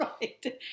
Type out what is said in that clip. Right